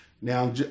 Now